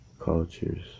cultures